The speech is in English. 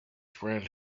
friend